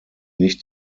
nicht